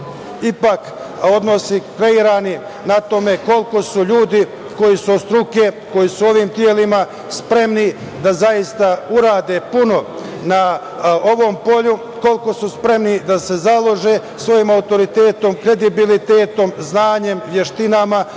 ti odnosi kreirani na tome koliko su ljudi koji su od struke, koji su u ovim telima spremni da zaista urade puno na ovom polju, koliko su spremni da se založe svojim autoritetom, kredibilitetom, znanjem, veštinama,